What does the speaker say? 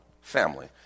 family